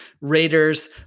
Raiders